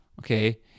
okay